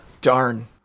Darn